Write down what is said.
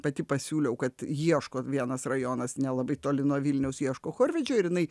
pati pasiūliau kad ieško vienas rajonas nelabai toli nuo vilniaus ieško chorvedžio ir jinai